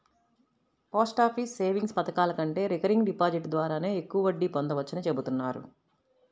post office savings పథకాల కంటే recurring deposit ద్వారానే ఎక్కువ వడ్డీ పొందవచ్చని చెబుతున్నారు